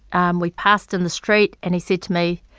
um we passed in the street. and he said to me,